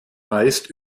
meist